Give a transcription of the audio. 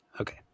Okay